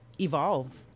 evolve